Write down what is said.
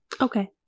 Okay